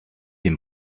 dem